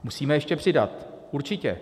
Musíme ještě přidat, určitě.